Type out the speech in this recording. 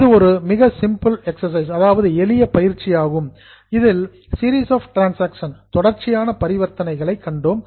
இது ஒரு மிக சிம்பிள் எக்சசைஸ் எளிய பயிற்சி ஆகும் இதில் சீரீஸ் ஆப் டிரன்சாக்சன்ஸ் தொடர்ச்சியான பரிவர்த்தனைகளை கண்டோம்